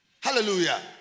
Hallelujah